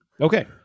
Okay